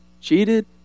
cheated